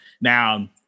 Now